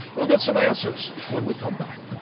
we'll get some answers when we come back.